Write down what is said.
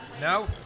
No